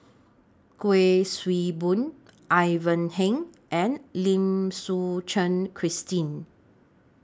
Kuik Swee Boon Ivan Heng and Lim Suchen Christine